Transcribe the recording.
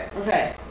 Okay